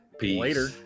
Later